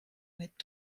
mit